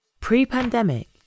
pre-pandemic